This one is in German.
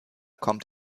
kommt